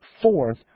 Fourth